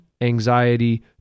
anxiety